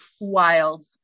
Wild